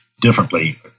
differently